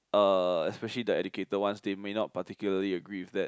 uh especially the educated ones they may not particularly agree with that